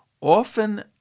often